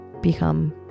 become